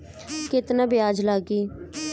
केतना ब्याज लागी?